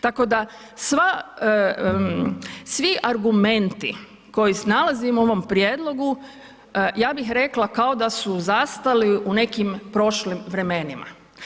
Tako da svi argumenti koje nalazimo u ovom prijedlogu ja bih rekla kao da su zastali u nekim prošlim vremenima.